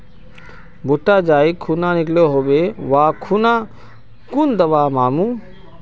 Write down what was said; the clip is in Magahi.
भुट्टा जाई खुना निकलो होबे वा खुना कुन दावा मार्मु?